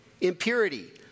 impurity